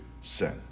sin